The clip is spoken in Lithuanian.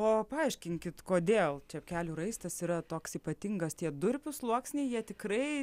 o paaiškinkit kodėl čepkelių raistas yra toks ypatingas tie durpių sluoksniai jie tikrai